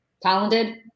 Talented